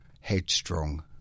headstrong